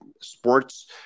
sports